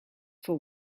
for